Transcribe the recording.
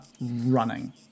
running